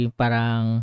parang